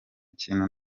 kintu